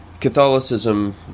Catholicism